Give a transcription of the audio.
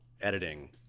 editing